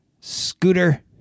scooter